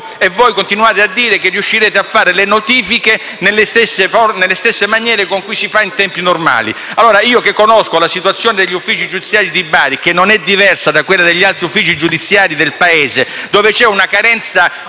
e voi continuate a dire che riuscirete a fare le notifiche nelle stesse forme e nelle stesse maniere in cui si fa in tempi normali. Io conosco la situazione degli uffici giudiziari di Bari, che non è diversa da quella di altri uffici giudiziari del Paese, dove c'è una carenza